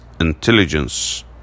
intelligence